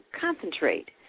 concentrate